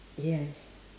yes